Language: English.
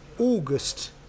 August